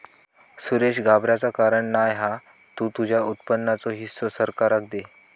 सुरेश घाबराचा कारण नाय हा तु तुझ्या उत्पन्नाचो हिस्सो सरकाराक दे